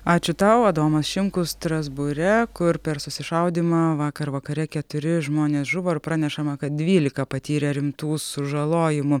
ačiū tau adomas šimkus strasbūre kur per susišaudymą vakar vakare keturi žmonės žuvo ir pranešama kad dvylika patyrė rimtų sužalojimų